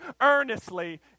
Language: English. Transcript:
earnestly